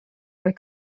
were